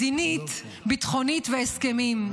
מדינית וביטחונית והסכמים.